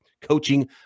coaching